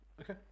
Okay